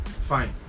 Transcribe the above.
fine